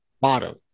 bottom